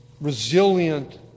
resilient